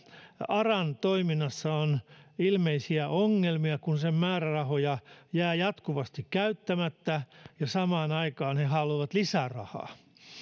aran toiminnassa on ilmeisiä ongelmia kun sen määrärahoja jää jatkuvasti käyttämättä ja samaan aikaan he he haluavat lisää rahaa